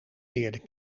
leerden